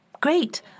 great